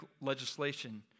legislation